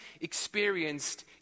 experienced